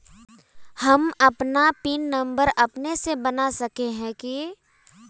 हम अपन PIN number अपने से बना सके है की?